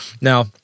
Now